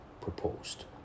proposed